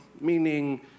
Meaning